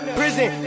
prison